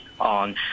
on